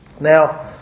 Now